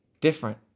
different